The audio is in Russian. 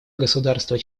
государства